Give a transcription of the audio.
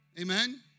Amen